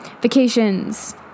vacations